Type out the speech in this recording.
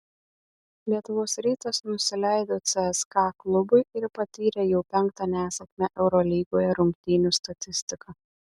lietuvos rytas nusileido cska klubui ir patyrė jau penktą nesėkmę eurolygoje rungtynių statistika